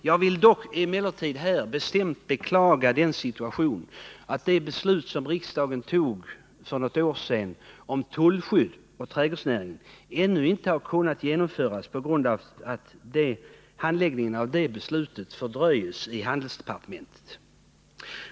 Jag vill dock beklaga att det beslut som riksdagen fattade för något år sedan om tullskydd för trädgårdsnäringen ännu inte har kunnat genomföras på grund av att handläggningen av det beslutet fördröjts i handelsdepartementet.